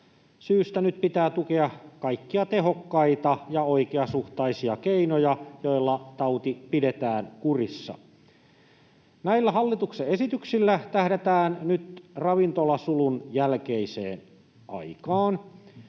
syystä nyt pitää tukea kaikkia tehokkaita ja oikeasuhtaisia keinoja, joilla tauti pidetään kurissa. Näillä hallituksen esityksillä tähdätään nyt ravintolasulun jälkeiseen aikaan.